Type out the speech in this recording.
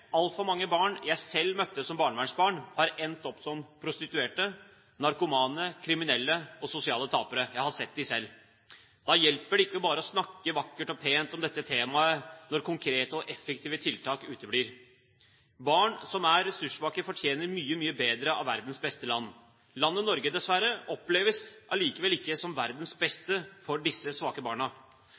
altfor mange – barn som jeg selv møtte som barnehjemsbarn, har endt opp som prostituerte, narkomane, kriminelle og sosiale tapere. Jeg har sett dem selv. Det hjelper ikke bare å snakke vakkert og pent om dette temaet, når konkrete og effektive tiltak uteblir. Barn som er ressurssvake, fortjener mye, mye bedre av verdens beste land. Landet Norge, dessverre, oppleves allikevel ikke som verdens beste for disse svake barna.